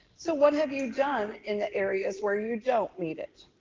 so what have you done in the areas where you don't need it?